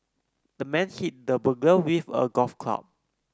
the man hit the burglar with a golf club